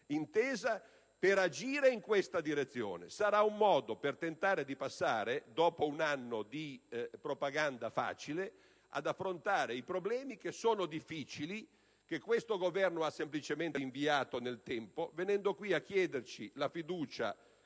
Intesa, per agire in questa direzione. Sarà un modo per tentare di passare, dopo un anno di facile propaganda, ad affrontare i problemi, che sono difficili, che questo Governo ha semplicemente rinviato nel tempo venendo in questa sede a chiederci la fiducia,